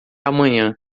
amanhã